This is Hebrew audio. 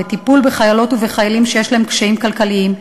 בטיפול בחיילות ובחיילים שיש להם קשיים כלכליים,